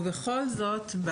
ובכל זאת,